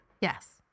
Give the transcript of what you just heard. Yes